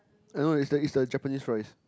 I know is the is the Japanese rice